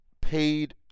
paid